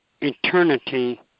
eternity